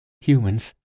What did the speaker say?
humans